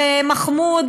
במחמוד,